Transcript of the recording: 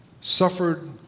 suffered